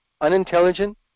unintelligent